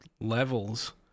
levels